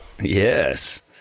Yes